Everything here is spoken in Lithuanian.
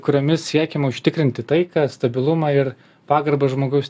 kuriomis siekiama užtikrinti taiką stabilumą ir pagarbą žmogaus